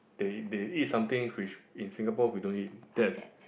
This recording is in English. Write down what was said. they they eat something which in Singapore we don't eat that is